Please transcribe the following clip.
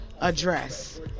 address